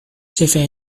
ĉefe